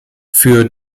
für